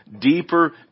deeper